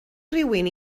rywun